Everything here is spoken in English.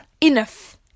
enough